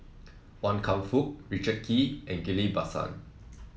Wan Kam Fook Richard Kee and Ghillie Basan